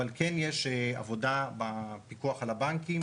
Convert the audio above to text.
אבל כן יש עבודה בפיקוח על הבנקים,